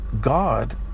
God